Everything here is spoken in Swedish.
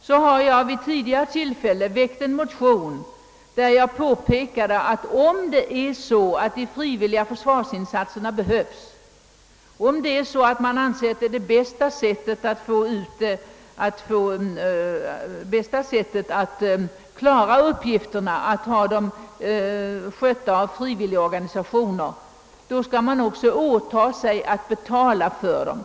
Jag har därför vid ett tidigare tillfälle väckt en motion där jag påpekade att staten, om den anser att det bästa sättet att klara uppgifterna är att låta dem skötas av frivilligorganisationer, också skall åta sig att betala till dessa.